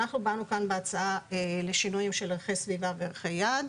אנחנו באנו כאן בהצעה לשינויים של ערכי סביבה וערכי יעד.